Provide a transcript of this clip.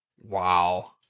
Wow